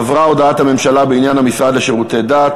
עברה הודעת הממשלה בעניין המשרד לשירותי דת,